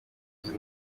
izi